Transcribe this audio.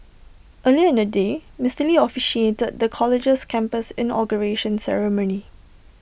earlier in the day Mister lee officiated the college's campus inauguration ceremony